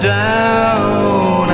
down